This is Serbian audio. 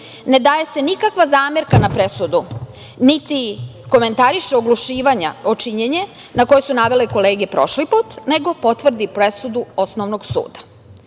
ne daje se nikakva zamerka na presudu, niti komentarišu oglušivanja o činjenje na koje su navele kolege prošli put, nego potvrdi presudu Osnovnog suda. Ne